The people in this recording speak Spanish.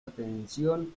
atención